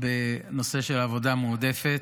בעניין של עבודה מועדפת.